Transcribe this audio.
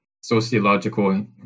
sociological